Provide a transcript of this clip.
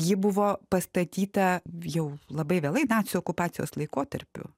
ji buvo pastatyta jau labai vėlai nacių okupacijos laikotarpiu